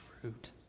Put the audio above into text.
fruit